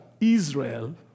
Israel